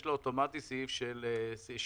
יש לה אוטומטית אישור לעניין סעיף 61,